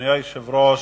אדוני היושב-ראש,